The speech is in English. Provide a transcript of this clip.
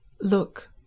Look